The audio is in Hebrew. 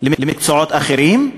למקצועות אחרים,